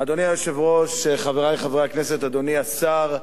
אדוני היושב-ראש, חברי חברי הכנסת, אדוני השר,